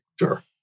Sure